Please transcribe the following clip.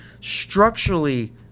structurally